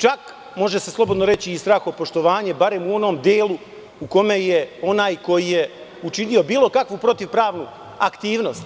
Čak, može se slobodno reći, i strahopoštovanje, barem u onom delu u kome je onaj koji je učinio bilo kakvu protivpravnu aktivnost